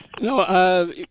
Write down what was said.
No